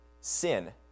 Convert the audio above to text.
sin